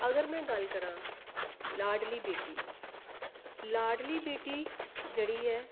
अगर में गल्ल करां लाडली बेटी लाडली बेटी जेह्ड़ी ऐ